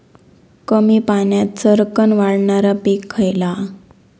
कमी पाण्यात सरक्कन वाढणारा पीक खयला?